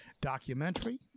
documentary